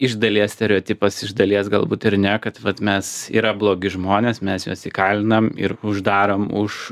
iš dalies stereotipas iš dalies galbūt ir ne kad vat mes yra blogi žmonės mes juos įkaliname ir uždarom už